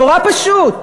נורא פשוט.